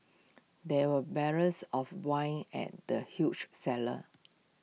there were barrels of wine in the huge cellar